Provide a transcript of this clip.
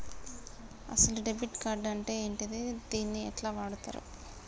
అసలు debit card అంటే ఏంటిది? దీన్ని ఎట్ల వాడుతరు?